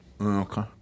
Okay